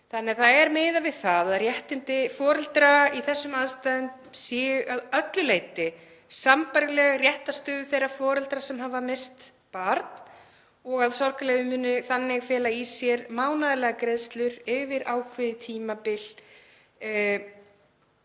Þannig að það er miðað við það að réttindi foreldra í þessum aðstæðum séu að öllu leyti sambærileg réttarstöðu þeirra foreldra sem hafa misst barn og að sorgarleyfi muni þannig fela í sér mánaðarlegar greiðslur yfir ákveðið tímabil.